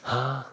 !huh!